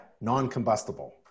non-combustible